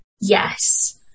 Yes